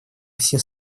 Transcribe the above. все